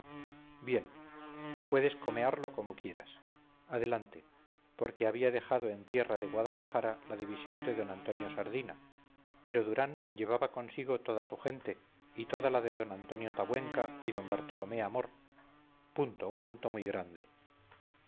bien puedes comearlo como quieras adelante porque había dejado en tierra de guadalajara la división de d antonio sardina pero durán llevaba consigo toda su gente y toda la de d antonio tabuenca y d bartolomé amor